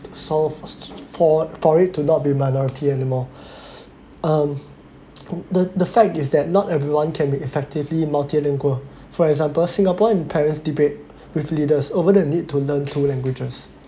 for it to not be minority anymore um the the fact is that not everyone can be effectively multilingual for example singaporean parents debate with leaders over the need to learn two languages